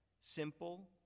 simple